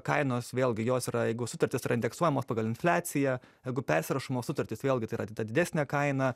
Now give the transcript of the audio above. kainos vėlgi jos yra jeigu sutartys yra indeksuojamos pagal infliaciją jeigu persirašomos sutartys vėlgi tai yra didesnė kaina